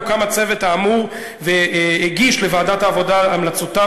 הוקם הצוות האמור והגיש לוועדת העבודה המלצותיו